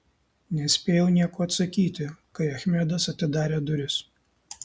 nespėjau nieko atsakyti kai achmedas atidarė duris